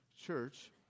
church